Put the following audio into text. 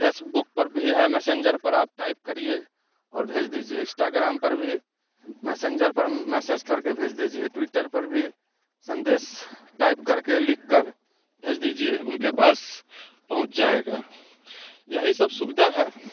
Facebook पर भी है मैसेंजर पर आप टाइप करिए और भेज दीजिए इस्टाग्राम पर भी मैसेंजर पर मैसेज करके भेज दीजिए ट्विटर पर भी संदेश टाइप करके लिख कर भेज दीजिए उनके पास पहुँच जाएगा यही सब सुविधा है